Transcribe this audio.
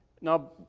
Now